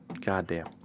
Goddamn